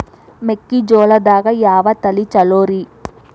ಮೆಕ್ಕಿಜೋಳದಾಗ ಯಾವ ತಳಿ ಛಲೋರಿ?